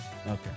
Okay